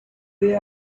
they